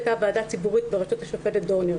הייתה ועדה ציבורית בראשות השופטת דורנר.